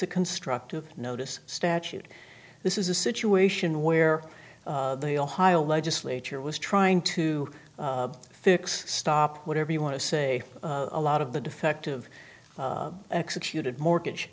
a constructive notice statute this is a situation where the ohio legislature was trying to fix stop whatever you want to say a lot of the defective executed mortgage